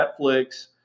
Netflix